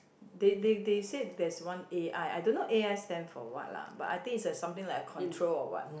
they they they said there's one A_R_I don't know A_R stands for what lah but I think it's a something like a control or what